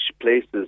places